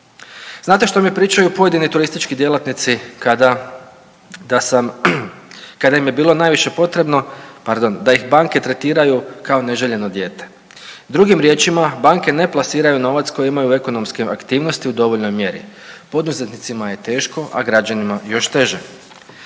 Znate što mi pričaju pojedini turistički djelatnici? Kada im je bilo najviše potrebno, pardon, da ih banke tretiraju kao neželjeno dijete. Drugim riječima banke ne plasiraju novac koje imaju ekonomske aktivnosti u dovoljnoj mjeri. Poduzetnicima je teško, a građanima još teže.